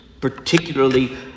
particularly